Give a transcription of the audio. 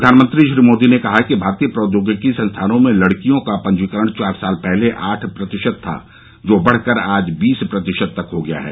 प्रधानमंत्री श्री मोदी ने कहा कि भारतीय प्रौद्योगिकी संस्थानों में लड़कियों का पंजीकरण चार साल पहले आठ प्रतिशत था जो बढ़कर आज बीस प्रतिशत तक हो गया है